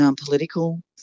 political